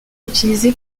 utilisé